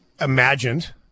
imagined